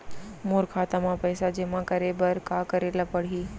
मोर खाता म पइसा जेमा करे बर का करे ल पड़ही?